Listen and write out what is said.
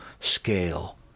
scale